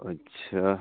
अच्छा